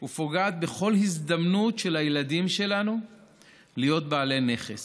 ופוגעת בכל הזדמנות של הילדים שלנו להיות בעלי נכס,